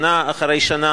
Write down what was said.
שנה אחרי שנה,